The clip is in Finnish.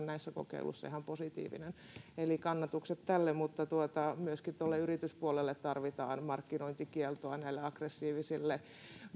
näissä kokeiluissa ihan positiivinen eli kannatukset tälle mutta myöskin tuolle yrityspuolelle tarvitaan markkinointikieltoa aggressiiviselle